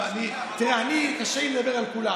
קשה לי לדבר על כולם.